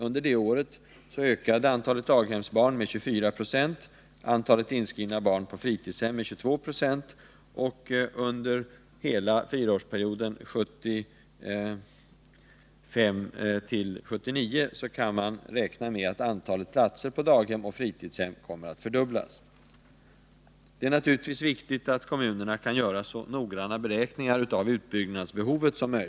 Under den tiden ökade antalet daghemsbarn med 24 96 och antalet inskrivna barn på fritidshem med 22 96. Under hela fyraårsperioden 1975-1979 kan man räkna med att antalet platser på daghem och fritidshem kommer att fördubblas. Det är naturligtvis viktigt att kommunerna kan göra så noggranna beräkningar som möjligt av utbyggnadsbehovet.